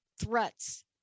threats